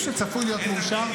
זה חשוב לציבור הישראלי בכללותו.